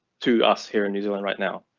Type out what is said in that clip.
to us here in new zealand right now,